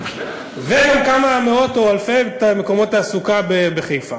וגם כמה מאות או אלפי מקומות תעסוקה בחיפה.